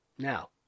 Now